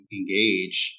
engage